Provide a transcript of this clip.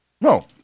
No